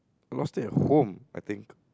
lose at home I think